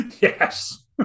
Yes